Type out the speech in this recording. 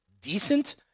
decent